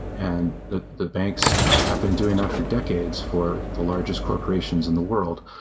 and the the banks have been doing that for decades for the largest corporations in the world.